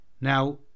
Now